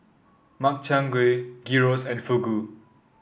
Makchang Gui Gyros and Fugu